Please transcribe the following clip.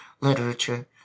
literature